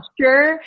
sure